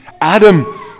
Adam